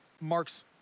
Mark's